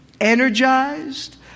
energized